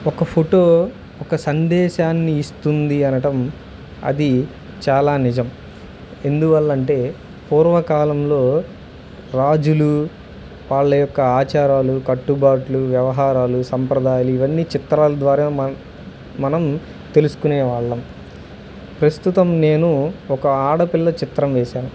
ఒక ఫోటో ఒక సందేశాన్ని ఇస్తుంది అనటం అది చాలా నిజం ఎందువల్ల అంటే పూర్వకాలంలో రాజులు వాళ్ళ యొక్క ఆచారాలు కట్టుబాట్లు వ్యవహారాలు సంప్రదాయాలు ఇవన్నీ చిత్రాల ద్వారా మన మనం తెలుసుకునే వాళ్ళం ప్రస్తుతం నేను ఒక ఆడపిల్ల చిత్రం వేసాను